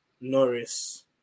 Norris